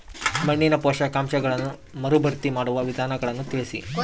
ಮಣ್ಣಿನ ಪೋಷಕಾಂಶಗಳನ್ನು ಮರುಭರ್ತಿ ಮಾಡುವ ವಿಧಾನಗಳನ್ನು ತಿಳಿಸಿ?